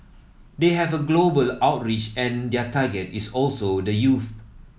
they have a global outreach and their target is also the youth